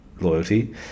loyalty